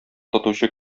тотучы